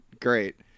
great